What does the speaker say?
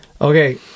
okay